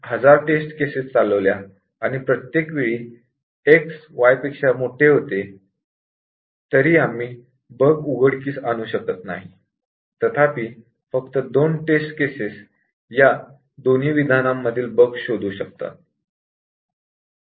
जर आपण 1000 test cases execute केल्या आणि प्रत्येक वेळी x पेक्षा y मोठे होते तर आपण बग उघडकीस आणू शकणार नाही तथापि फक्त दोन टेस्ट केसेस या दोन्ही स्टेटमेंट मधील बग्स शोधू शकतात